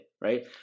right